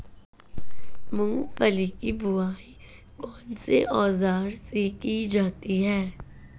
मूंगफली की बुआई कौनसे औज़ार से की जाती है?